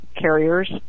carriers